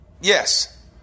Yes